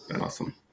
awesome